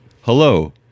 Hello